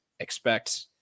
expect